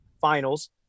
finals